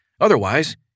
Otherwise